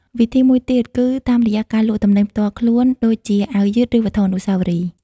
វិធីមួយទៀតគឺតាមរយៈការលក់ទំនិញផ្ទាល់ខ្លួនដូចជាអាវយឺតឬវត្ថុអនុស្សាវរីយ៍។